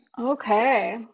Okay